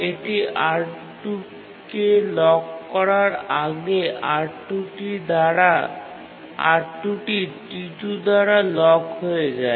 এটি R2 কে lock করার আগে R2 টি T2 দ্বারা লক হয়ে যায়